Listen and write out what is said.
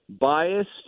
biased